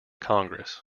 congress